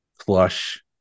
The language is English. flush